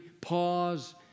pause